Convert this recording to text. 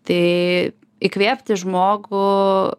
tai įkvėpti žmogų